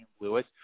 Lewis